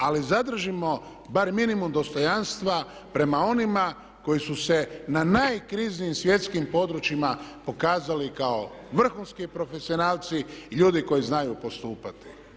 Ali zadržimo barem minimum dostojanstva prema onima koji su se na najkriznijim svjetskim područjima pokazali kao vrhunski profesionalci i ljudi koji znaju postupati.